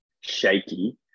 shaky